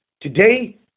Today